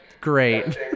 great